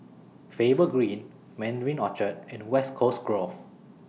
Faber Green Mandarin Orchard and West Coast Grove